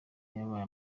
yabaye